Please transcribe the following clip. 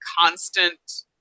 constant